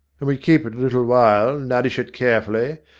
and we keep it a little while, nourish it carefully,